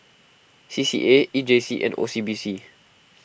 C C A E J C and O C B C